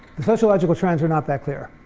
the sociological trends are not that clear.